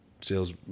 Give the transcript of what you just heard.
sales